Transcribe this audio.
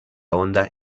onda